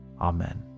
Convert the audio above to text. Amen